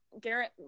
Garrett